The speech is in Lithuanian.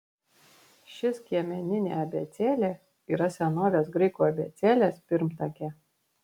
ši skiemeninė abėcėlė yra senovės graikų abėcėlės pirmtakė